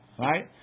right